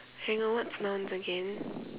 hang on what's nouns again